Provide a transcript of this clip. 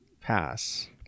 pass